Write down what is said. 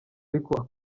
ariko